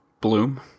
Bloom